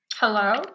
Hello